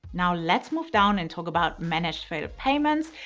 now let's move down and talk about manage failed payments.